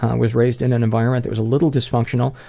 ah was raised in an environment that was a little dysfunctional.